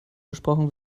gesprochen